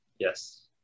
yes